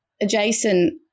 adjacent